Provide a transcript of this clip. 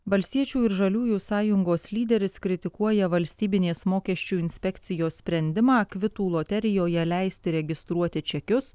valstiečių ir žaliųjų sąjungos lyderis kritikuoja valstybinės mokesčių inspekcijos sprendimą kvitų loterijoje leisti registruoti čekius